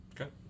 Okay